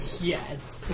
Yes